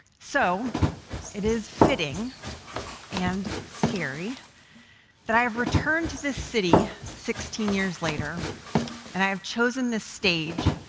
so it is fitting and scary that i have returned to this city sixteen years later and i have chosen this stage